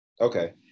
okay